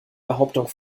behauptung